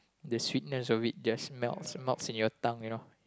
the sweetness of it just melts melts in your tongue you know